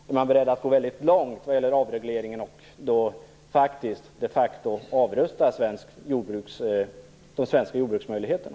Är man beredd att gå väldigt långt när det gäller avregleringen och faktiskt avrusta de svenska jordbruksmöjligheterna?